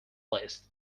list